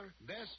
best